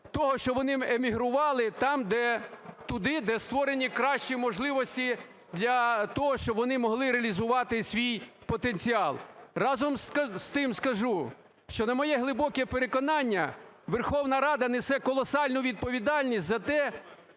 того, щоб вони іммігрували туди, де створені кращі можливості, для того, щоб вони могли реалізувати свій потенціал. Разом з тим, скажу, що, на моє глибоке переконання, Верховна Рада несе колосальну відповідальність за те,